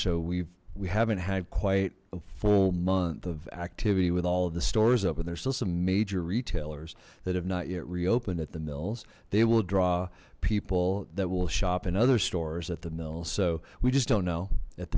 we we haven't had quite a full month of activity with all of the stores open there's still some major retailers that have not yet reopened at the mills they will draw people that will shop in other stores at the mill so we just don't know at